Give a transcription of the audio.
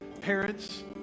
Parents